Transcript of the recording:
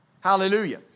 Hallelujah